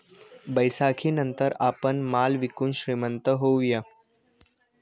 बैसाखीनंतर आपण माल विकून श्रीमंत होऊया